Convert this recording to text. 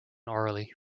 orally